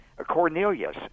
Cornelius